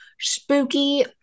spooky